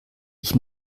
ich